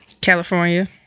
California